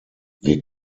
wir